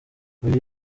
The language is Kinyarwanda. uyu